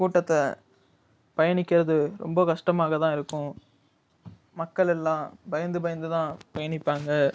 கூட்டத்தை பயணிக்கிறது ரொம்ப கஷ்டமாக தான் இருக்கும் மக்கள் எல்லாம் பயந்து பயந்துதான் பயணிப்பாங்க